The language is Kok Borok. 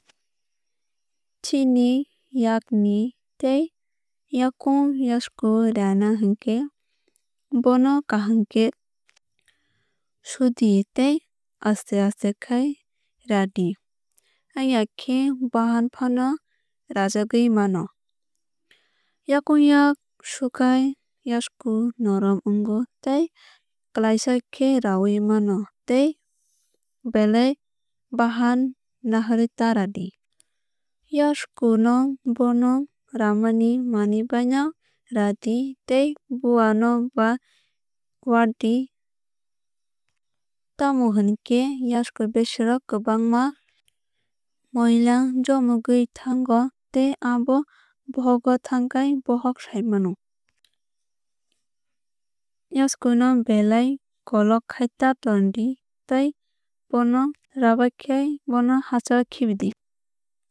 Chini yakni tei yakung yasku rana hinkhe bono kaham khe sudi tei aste aste khai radi ongya khe bahan fano rajagwui mano. Yakung yak sukhai yasku norom ongo tei klaisa khe raoui mano tei belai bahan naharwui ta radi. Yasku no bono ramani manwui bai no radi tei bowa no ba wardi tamo hinkhe yasku besero kwbangma moila jomogwui tongo tei abo bohogo thangkhai bohok sai mano. Yasku no belai kolok khai ta tondi tai bono rabaikhai bono hachalo khibidi.